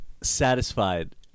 satisfied